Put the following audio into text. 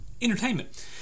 entertainment